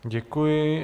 Děkuji.